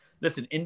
listen